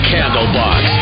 Candlebox